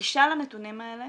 הגישה לנתונים האלה